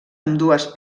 ambdues